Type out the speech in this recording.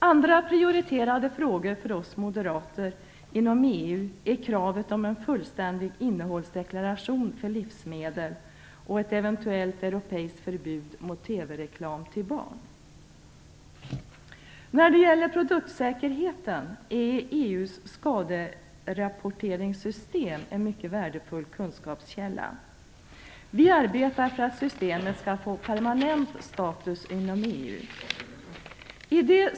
Andra prioriterade frågor för oss moderater inom EU är kravet på en fullständig innehållsdeklaration för livsmedel och ett eventuellt europeiskt förbud mot När det gäller produktsäkerheten är EU:s skaderapporteringssystem en mycket värdefull kunskapskälla. Vi arbetar för att systemet skall få permanent status inom EU.